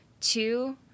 Two